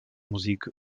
musik